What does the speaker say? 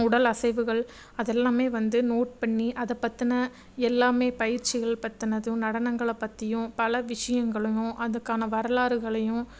உடல் அசைவுகள் அதெல்லாமே வந்து நோட் பண்ணி அதை பற்றின எல்லாமே பயிற்சிகள் பற்றினதும் நடனங்களை பற்றியும் பல விஷயங்களும் அதுக்கான வரலாறுகளையும்